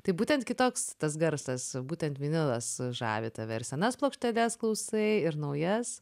tai būtent kitoks tas garsas būtent vinilas žavi tave ir senas plokšteles klausai ir naujas